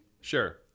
Sure